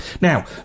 Now